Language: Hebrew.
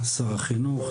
שר החינוך,